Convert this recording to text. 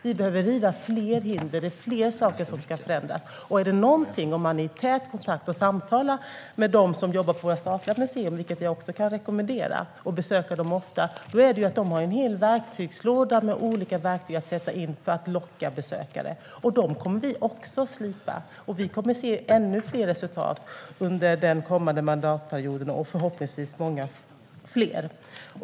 Vi behöver riva fler hinder; det är fler saker som ska förändras. Om man är i tät kontakt och samtalar med dem som jobbar på våra statliga museer, vilket jag kan rekommendera, och dessutom besöker dem ofta inser man att de har en hel låda med verktyg att sätta in för att locka besökare. Dem kommer vi också att slipa, och vi kommer att se ännu fler resultat under den kommande mandatperioden och förhoppningsvis många fler.